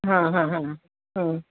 ہاں ہاں ہاں ہاں